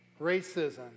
Racism